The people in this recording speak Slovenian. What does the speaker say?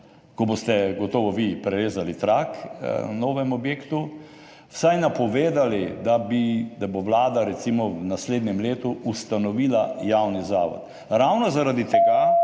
ko boste gotovo vi prerezali trak na novem objektu, vsaj napovedali, da bo Vlada recimo v naslednjem letu ustanovila javni zavod, ravno zaradi tega,